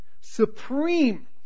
supreme